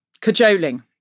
cajoling